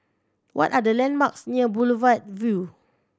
what are the landmarks near Boulevard Vue